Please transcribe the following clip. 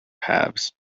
halves